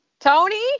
Tony